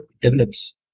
develops